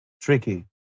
tricky